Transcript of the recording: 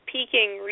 peaking